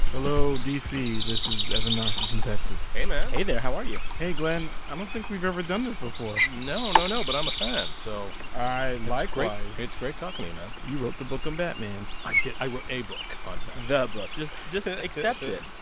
hello, d c. this is evan narcisse in texas hey, man hey there. how are you? hey, glen. i don't think we've ever done this before no, no, no, but i'm a fan, so. i likewise. it's great talking to you, man you wrote the book on batman i did i wrote a book on batman the book just just accept it.